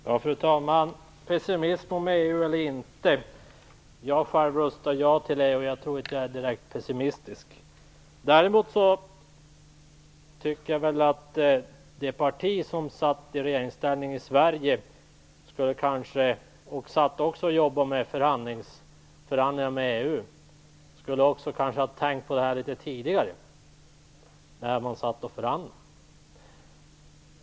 Fru talman! Vad gäller frågan om pessimism eller inte om EU vill jag säga att jag röstade ja till EU och inte känner mig direkt pessimistisk. Jag tycker däremot att man i ett parti som har suttit i regeringsställning i Sverige och även har arbetat med förhandlingar med EU kanske borde ha tänkt på det här redan under dessa förhandlingar.